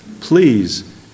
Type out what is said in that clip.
Please